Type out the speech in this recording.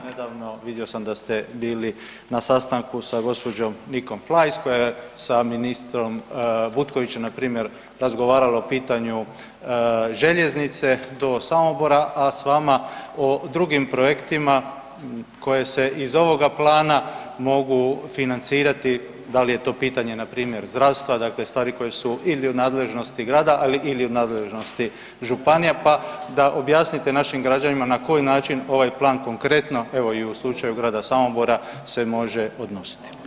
Nedavno vidio sam da ste bili na sastanku sa gospođom Nikom Fleiss koja je sa ministrom Butkovićem npr. razgovarala o pitanju željeznice do Samobora, a s vama o drugim projektima koje se iz ovoga plana mogu financirati, da li je to pitanje npr. zdravstva dakle stvari koje su ili u nadležnosti grada ili u nadležnosti županija, pa da objasnite našim građanima na koji način ovaj plan konkretno evo i u slučaju Grada Samobora se može odnositi.